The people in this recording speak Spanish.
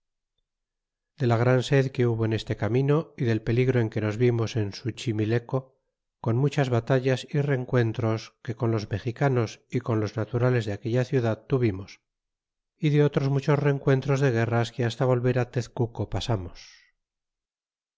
bela gran sed que hubo en este camino y del peligro en que nos vimos en suchimileco con muchas baiallas y reneu ntros que con los mexicanos y con los naturales de aquella ciudad tuvimos y de otros muchos rencuentros de guerras que hasta volver tezcuco pasamos